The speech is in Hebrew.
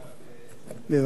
אדוני היושב-ראש,